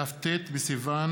כ"ט בסיוון